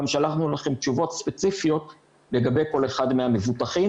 שלחנו לכם תשובות ספציפיות לגבי כל אחד מהמבוטחים,